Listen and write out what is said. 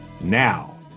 Now